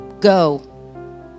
go